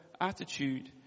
attitude